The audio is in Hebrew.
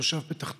תושב פתח תקווה,